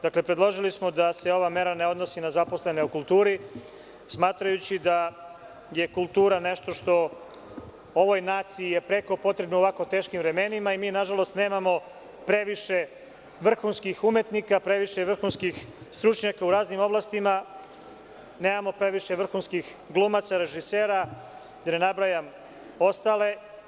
Dakle, predložili smo da se ova mera ne odnosi na zaposlene u kulturi, smatrajući da je kultura nešto što je ovoj naciji preko potrebno u ovako teškim vremenima i mi, nažalost, nemamo previše vrhunskih umetnika, previše vrhunskih stručnjaka u raznim oblastima, nemamo previše vrhunskih glumaca, režisera, da ne nabrajam ostale.